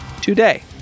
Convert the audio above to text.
today